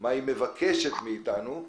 מהי מבקשת מאיתנו.